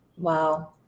wow